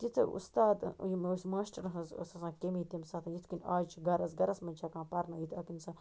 تِژٕ اُستاد یِم ٲسۍ ماشٹرن ہٕنٛز ٲس آسان کٔمی تَمہِ ساتن یِتھ کٔنۍ آز چھِ گَرس گرس منٛز چھِ ہیٚکان پرنٲیِتھ اَکھ اِنسان